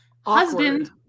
husband